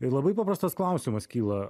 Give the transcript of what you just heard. ir labai paprastas klausimas kyla